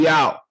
out